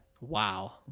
wow